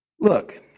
Look